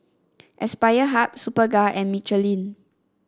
Aspire Hub Superga and Michelin